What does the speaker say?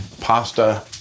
pasta